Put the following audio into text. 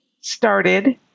started